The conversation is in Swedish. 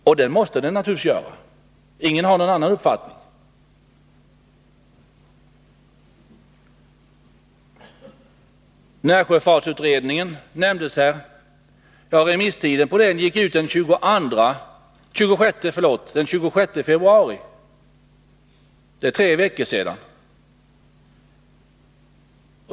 Och det måste den naturligtvis göra — ingen har någon annan uppfattning. Närsjöfartsutredningen nämndes här. Remisstiden gick ut den 26 februari, dvs. för tre veckor sedan.